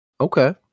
okay